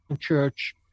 Church